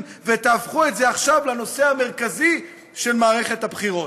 ותהפכו את זה עכשיו לנושא המרכזי של מערכת הבחירות.